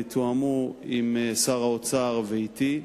יתואמו עם שר האוצר ואתי.